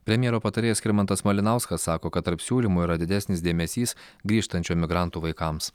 premjero patarėjas skirmantas malinauskas sako kad tarp siūlymų yra didesnis dėmesys grįžtančių emigrantų vaikams